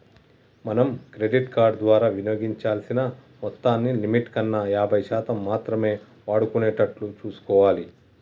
మనం credit card ద్వారా వినియోగించాల్సిన మొత్తాన్ని లిమిట్ కన్నా యాభై శాతం మాత్రమే వాడుకునేటట్లు చూసుకోవాలి